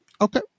Okay